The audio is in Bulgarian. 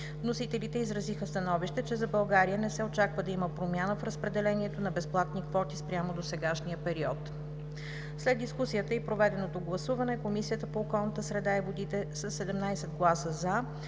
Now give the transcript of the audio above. Вносителите изразиха становище, че за България не се очаква да има промяна в разпределението на безплатни квоти спрямо досегашния период. След дискусията и проведеното гласуване Комисията по околната среда и водите със 17 гласа „за“,